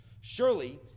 Surely